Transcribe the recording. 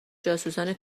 جاسوسان